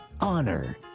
honor